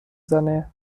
زنه